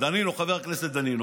חבר הכנסת שלום דנינו,